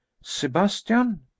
Sebastian